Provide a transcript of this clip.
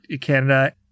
Canada